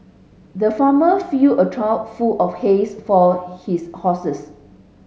the farmer filled a trough full of his for his horses